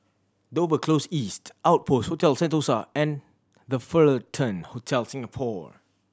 Dover Close East Outpost Hotel Sentosa and The Fullerton Hotel Singapore